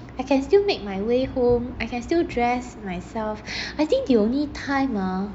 I can still make my way home I can still dress myself I think the only time ah